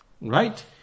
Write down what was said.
Right